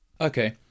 Okay